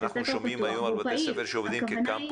אנחנו שומעים היום על בתי ספר שעובדים כקמפוסים